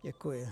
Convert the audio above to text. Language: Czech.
Děkuji.